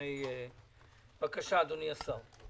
בבקשה, אדוני השר.